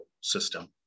system